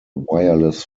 wireless